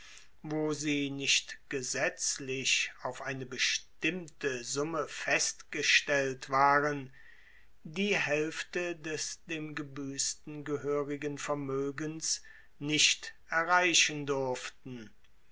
wo sie nicht gesetzlich auf eine bestimmte summe festgestellt waren die haelfte des dem gebuessten gehoerigen vermoegens nicht erreichen durften